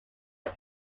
was